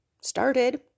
started